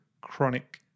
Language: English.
Chronic